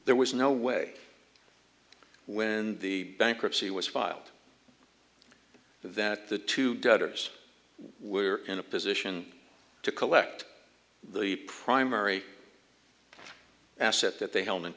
there was no way when the bankruptcy was filed that the two debtors were in a position to collect the primary asset that they held